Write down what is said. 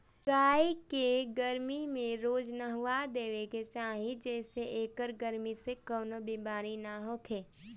गाई के गरमी में रोज नहावा देवे के चाही जेसे एकरा गरमी से कवनो बेमारी ना होखे